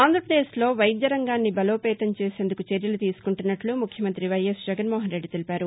ఆంధ్రప్రదేశ్లో వైద్య రంగాన్ని బలోపేతం చేసేందుకు చర్యలు తీసుకుంటున్నట్లు ముఖ్యమంత్రి వైఎస్ జగన్ మోహన్ రెడ్డి తెలిపారు